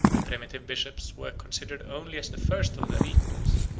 the primitive bishops were considered only as the first of their equals,